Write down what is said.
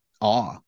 awe